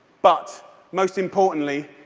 but most importantly,